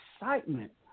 excitement